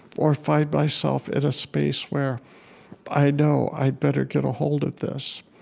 or find myself in a space where i know i'd better get a hold of this,